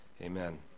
Amen